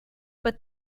but